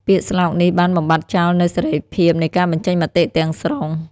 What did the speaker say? ពាក្យស្លោកនេះបានបំបាត់ចោលនូវសេរីភាពនៃការបញ្ចេញមតិទាំងស្រុង។